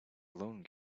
alone